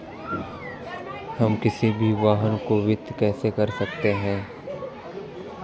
हम किसी भी वाहन को वित्त कैसे कर सकते हैं?